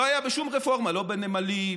לא היה בשום רפורמה, לא בנמלים,